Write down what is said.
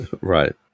Right